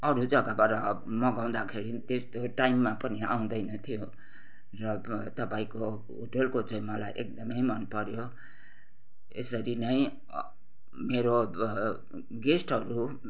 अरू जग्गाबाट मगाउँदाखेरि त्यस्तो टाइममा पनि आउँदैनथ्यो र तपाईँको होटेलको चाहिँ मलाई एकदमै मन पऱ्यो यसरी नै मेरो गेस्टहरू